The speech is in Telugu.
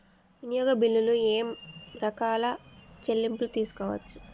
వినియోగ బిల్లులు ఏమేం రకాల చెల్లింపులు తీసుకోవచ్చు?